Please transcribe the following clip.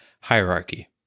hierarchy